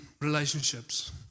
relationships